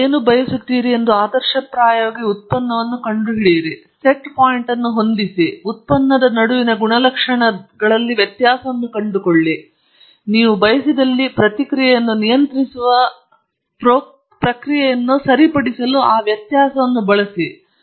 ನೀವು ಏನು ಬಯಸುತ್ತೀರಿ ಎಂದು ಆದರ್ಶಪ್ರಾಯವಾಗಿ ಉತ್ಪನ್ನವನ್ನು ಕಂಡುಹಿಡಿಯಿರಿ ಸೆಟ್ ಪಾಯಿಂಟ್ ಅನ್ನು ಹೊಂದಿಸಿ ಉತ್ಪನ್ನದ ನಡುವಿನ ಗುಣಲಕ್ಷಣಗಳಲ್ಲಿ ವ್ಯತ್ಯಾಸವನ್ನು ಕಂಡುಕೊಳ್ಳಿ ಮತ್ತು ನೀವು ಬಯಸಿದಲ್ಲಿ ಪ್ರತಿಕ್ರಿಯೆಯನ್ನು ನಿಯಂತ್ರಿಸುವ ಪ್ರಕ್ರಿಯೆಯನ್ನು ಸರಿಪಡಿಸಲು ಆ ವ್ಯತ್ಯಾಸವನ್ನು ಬಳಸಿ